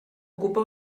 ocupa